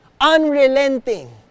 unrelenting